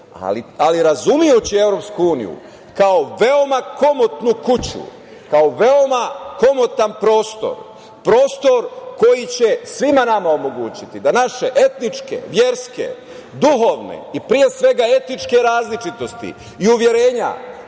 ali razumejući EU kao veoma komotnu kuću, kao veoma komotan prostor, prostor koji će svima nama omogućiti da naše etničke, verske, duhovne i pre svega etičke različitosti i uverenja